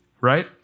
Right